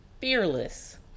fearless